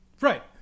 Right